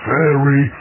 Fairy